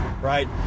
right